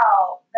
wow